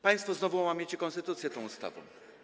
Państwo znowu łamiecie konstytucję tą ustawą.